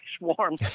warm